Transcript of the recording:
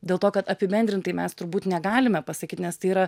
dėl to kad apibendrintai mes turbūt negalime pasakyt nes tai yra